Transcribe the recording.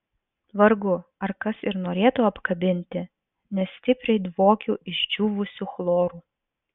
vargu ar kas ir norėtų apkabinti nes stipriai dvokiu išdžiūvusiu chloru